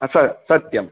अथ सत्यम्